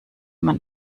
man